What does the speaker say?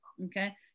okay